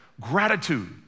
Gratitude